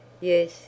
Yes